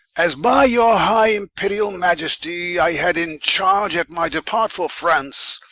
as by your high imperiall maiesty, i had in charge at my depart for france,